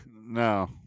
No